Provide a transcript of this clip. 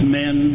men